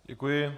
Děkuji.